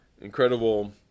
incredible